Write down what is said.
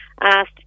asked